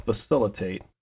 facilitate